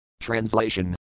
Translation